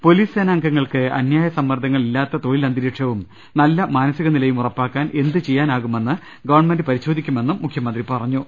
police സേനാംഗങ്ങൾക്ക് അന്യായ സമ്മർദ്ദങ്ങൾ ഇല്ലാത്ത തൊഴിൽ അന്തരീക്ഷവും നല്ല മാനസികനിലയും ഉറപ്പാക്കാൻ എന്തു ചെയ്യാനാകുമെന്ന് ഗവൺമെന്റ് പരിശോധിക്കുമെന്നും മുഖ്യമന്ത്രി പറഞ്ഞു